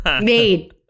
made